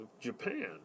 Japan